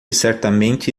certamente